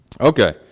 Okay